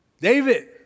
David